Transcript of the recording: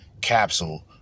Capsule